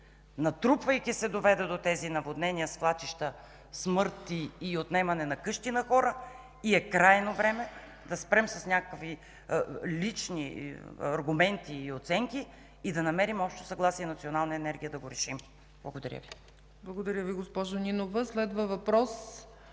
Натрупвайки се, доведе до тези наводнения, свлачища, смърт и отнемане на къщи на хора. Крайно време е да спрем с някакви лични аргументи и оценки и да намерим общо съгласие, национална енергия да го решим. Благодаря Ви. ПРЕДСЕДАТЕЛ ЦЕЦКА ЦАЧЕВА: Благодаря Ви, госпожо Нинова. Следва въпрос